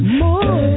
more